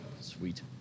Sweet